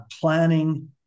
planning